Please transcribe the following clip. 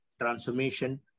transformation